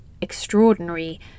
extraordinary